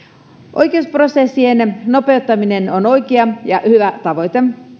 oikeusprosessien nopeuttaminen on oikea ja hyvä tavoite